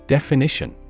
Definition